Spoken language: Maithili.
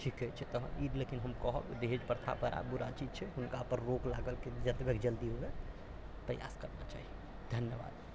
ठीक अछि तखन ई लेकिन हम कहब दहेज प्रथा बड़ा बुरा चीज छै हिनका पर रोक लगबैके जतबै जल्दी हुये प्रयास करना चाहियै धन्यवाद